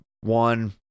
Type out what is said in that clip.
one